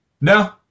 No